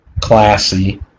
classy